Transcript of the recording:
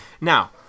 Now